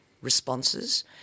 responses